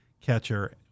catcher